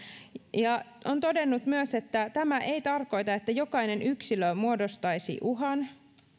ja on todennut myös että tämä ei tarkoita että jokainen yksilö muodostaisi uhan